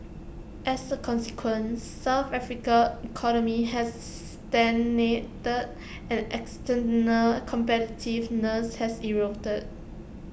as A consequence south Africa economy has stagnated and external competitiveness has eroded